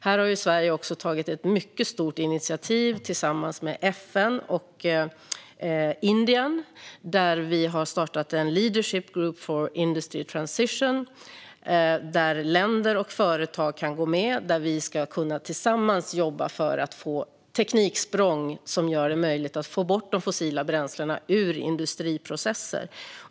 Här har Sverige tagit ett mycket stort initiativ tillsammans med FN och Indien och startat en leadership group for industry transition. Där ska länder och företag kunna gå med, och där vi ska kunna jobba tillsammans för att göra tekniksprång som gör det möjligt att få bort de fossila bränslena ur industriprocesser.